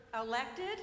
elected